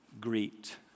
greet